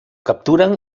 capturan